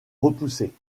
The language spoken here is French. repoussés